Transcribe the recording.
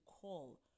call